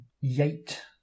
Yate